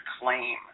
claim